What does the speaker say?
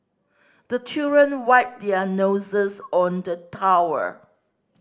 the children wipe their noses on the tower